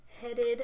headed